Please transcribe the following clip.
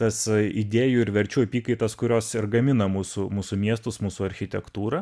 tas idėjų ir verčių apykaitas kurios ir gamina mūsų mūsų miestus mūsų architektūrą